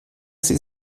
sie